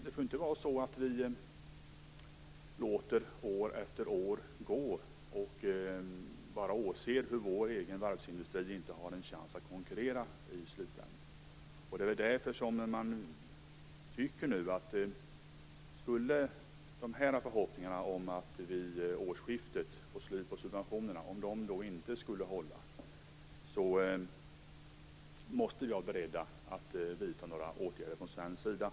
Men man kan inte låta år efter år gå och bara åse hur vår egen varvsindustri inte har en chans att i slutänden konkurrera. Om förhoppningarna om att subventionerna kan tas bort vid årsskiftet inte skulle infrias måste vi vara beredda att vidta några åtgärder från svensk sida.